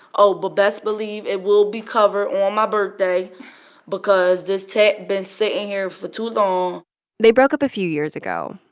oh, but best believe it will be covered on my birthday because this tat's been sitting here for too long they broke up a few years ago,